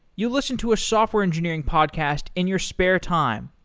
you listen to a software engineering podcast in your spare time,